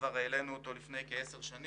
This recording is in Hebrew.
שכבר הועלה בדוח שנתי 57ב שפורסם לפני כעשר שנים,